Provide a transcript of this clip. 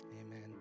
amen